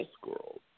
squirrels